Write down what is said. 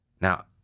Now